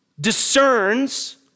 discerns